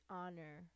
honor